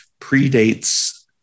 predates